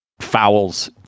fouls